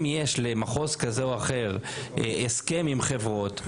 אם יש למחוז כזה או אחר הסכם עם חברות,